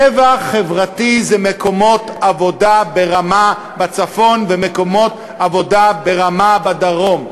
רווח חברתי זה מקומות עבודה ברמה בצפון ומקומות עבודה ברמה בדרום,